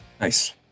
Nice